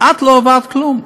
אַת לא העברת כלום.